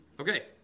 Okay